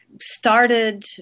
started